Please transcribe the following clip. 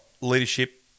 leadership